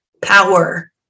Power